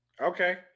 Okay